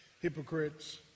hypocrites